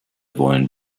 wollen